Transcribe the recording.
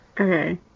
Okay